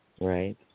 Right